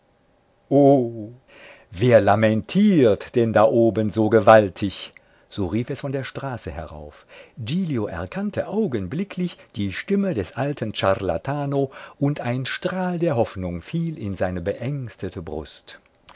wer lamentiert denn da oben so gewaltig so rief es von der straße herauf giglio erkannte augenblicklich die stimme des alten ciarlatano und ein strahl der hoffnung fiel in seine beängstete brust